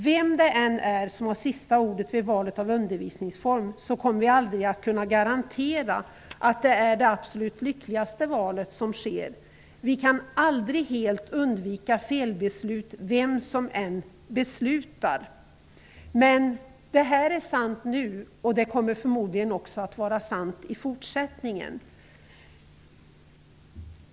Vem det än är som har det sista ordet vid valet av undervisningsform kommer vi aldrig att kunna garantera att det är det lyckligaste valet som har gjorts. Vi kan aldrig helt undvika felbeslut -- vem som än fattar beslutet. Det är sant nu, och det kommer förmodligen också att vara sant i fortsättningen.